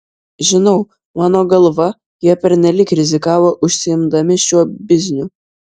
žinau mano galva jie pernelyg rizikavo užsiimdami šiuo bizniu